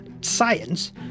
science